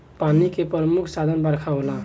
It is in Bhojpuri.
पानी के प्रमुख साधन बरखा होला